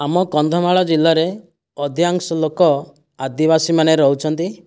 ଆମ କନ୍ଧମାଳ ଜିଲ୍ଲାରେ ଅଧିକାଂଶ ଲୋକ ଆଦିବାସୀ ମାନେ ରହୁଛନ୍ତି